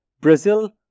Brazil